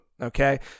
Okay